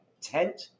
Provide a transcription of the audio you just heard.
tent